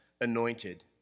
anointed